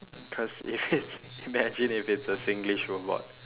cause if imagine if it's a singlish robot